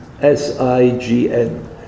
S-I-G-N